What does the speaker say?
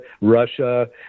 Russia